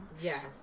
yes